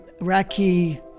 Iraqi